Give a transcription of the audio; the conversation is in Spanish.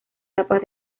tapas